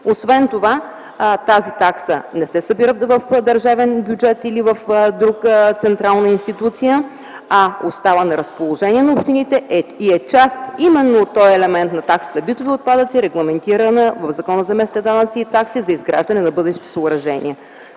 Освен това тази такса не се събира в държавния бюджет или в друга централна институция, а остава на разположение на общините и е част именно от този елемент на таксата битови отпадъци, регламентирана в Закона за местните данъци и такси за изграждане на бъдещи съоръжения.